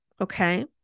okay